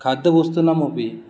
खाद्यवस्तूनामपि